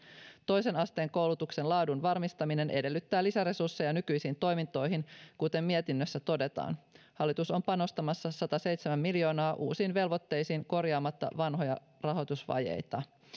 toisen asteen koulutuksen laadun varmistaminen edellyttää lisäresursseja nykyisiin toimintoihin kuten mietinnössä todetaan hallitus on panostamassa sataseitsemän miljoonaa uusiin velvoitteisiin korjaamatta vanhoja rahoitusvajeita